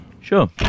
Sure